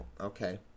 Okay